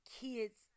kids